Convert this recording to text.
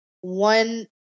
one